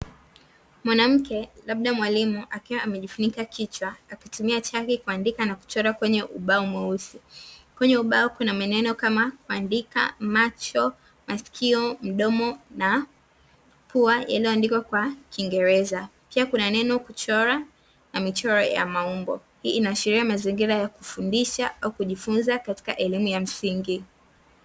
Mwanamke, labda mwalimu, akiwa amejifunika kichwa akitumia chaki kuandika na kuchora kwenye ubao mweusi. Kwenye ubao kuna maneno kama; kuandika, macho, masikio, mdomo na pua, yanayoandikwa kwa kiingereza. Pia kuna neno kuchora na michoro ya maumbo. Hii inaashiria mazingira ya kufundisha au kujifunza katika elimu ya msingi.